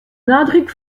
nadruk